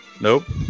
Nope